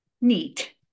neat